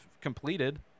completed